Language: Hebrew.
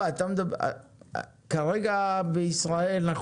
כרגע בישראל יש